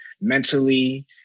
mentally